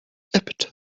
appetite